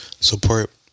Support